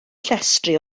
llestri